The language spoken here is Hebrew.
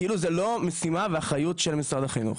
כאילו זו לא משימה ואחריות של משרד החינוך.